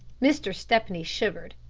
mr. stepney shivered.